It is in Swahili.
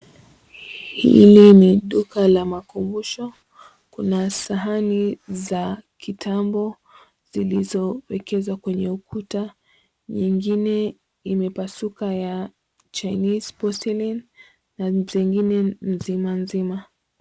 Hili ni duka la makumbusho. Kuna sahani za kitambo zilzowekezwa kwenye ukuta. Nyingine imepasuka ya chineese porcelain na zingine nzima nzima.